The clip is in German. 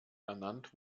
ernannt